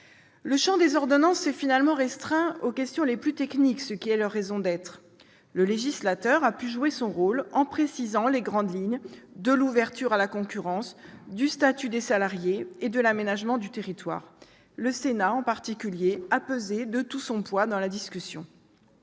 Le champ des ordonnances s'est finalement restreint aux questions les plus techniques, ce qui correspond à leur raison d'être. Le législateur a pu jouer son rôle en précisant les grandes lignes de l'ouverture à la concurrence, du statut des salariés et de la prise en compte de l'aménagement du territoire. Le Sénat, en particulier, a pesé de tout son poids dans la discussion.